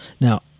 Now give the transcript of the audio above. Now